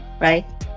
right